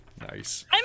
Nice